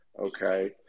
okay